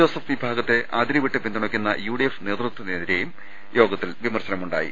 Joseph വിഭാഗത്തെ അതിരുവിട്ടു പിന്തുണക്കുന്ന യുഡിഎഫ് നേതൃത്വത്തിനെതിരെയും യോഗത്തിൽ വിമർശനമുണ്ടായി